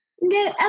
No